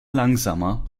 langsamer